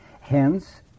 hence